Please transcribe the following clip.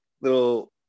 little